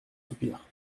soupir